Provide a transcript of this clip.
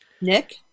Nick